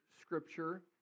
scripture